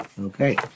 Okay